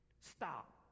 Stop